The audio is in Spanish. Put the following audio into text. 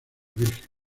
virgen